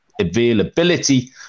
availability